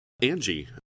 Angie